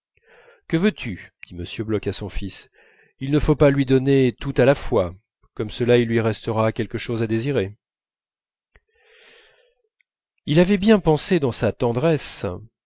que veux-tu dit m bloch à son fils il ne faut pas lui donner tout à la fois comme cela il lui restera quelque chose à désirer il avait bien pensé dans sa tendresse